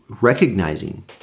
recognizing